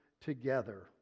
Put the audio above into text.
together